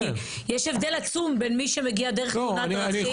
כי יש הבדל עצום בין מי שמגיע דרך תאונת דרכים.